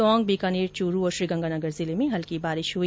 टोंक बीकानेर चूरू और श्रीगंगानगर जिले में हल्की बारिश हई